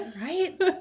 Right